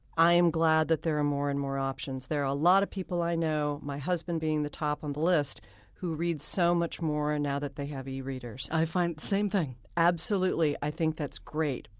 i am glad that there are more and more options. there are a lot of people i know my husband being the top on the list who read so much more and now that they have e-readers i find, same thing absolutely. i think that's great.